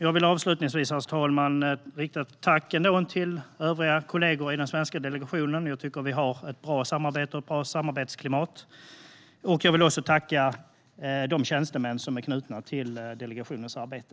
Jag vill avslutningsvis, herr talman, ändå rikta ett tack till övriga kollegor i den svenska delegationen. Jag tycker att vi har ett bra samarbete och ett bra samarbetsklimat. Jag vill också tacka de tjänstemän som är knutna till delegationens arbete.